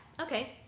okay